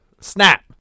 Snap